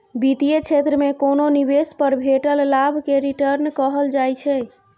बित्तीय क्षेत्र मे कोनो निबेश पर भेटल लाभ केँ रिटर्न कहल जाइ छै